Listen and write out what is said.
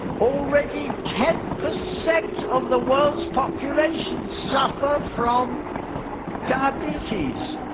already ten percent of the world's population suffer from diabetes.